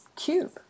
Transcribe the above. Cube